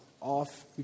off